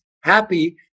happy